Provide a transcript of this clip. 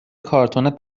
کارتون